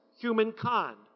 humankind